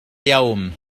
يوم